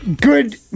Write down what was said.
good